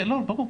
ברור.